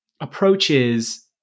approaches